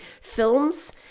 films